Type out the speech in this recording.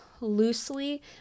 loosely